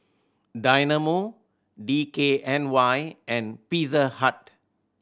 Dynamo D K N Y and Pizza Hut